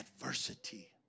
adversity